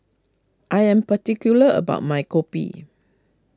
I am particular about my Kopi